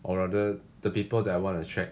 or rather the people that I want to attract